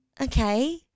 okay